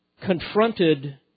confronted